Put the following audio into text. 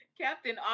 Captain